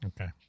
Okay